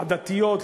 עדתיות,